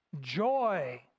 joy